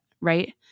right